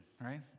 right